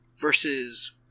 versus